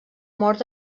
mort